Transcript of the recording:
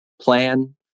plan